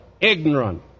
ignorant